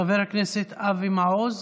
חבר הכנסת אבי מעוז,